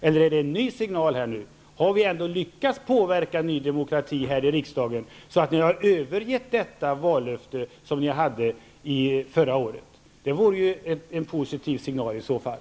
Eller är det fråga om en ny signal? Har vi ändå lyckats påverka Ny demokrati här i riksdagen så, att ni har övergett förra årets vallöfte? Det vore i så fall en positiv signal.